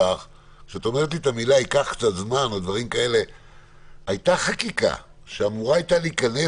כשאת אומרת לי: "ייקח קצת זמן" הייתה חקיקה שאמורה הייתה להיכנס